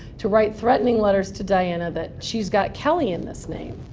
to write threatening letters to diana that she's got kelly in this name.